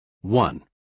one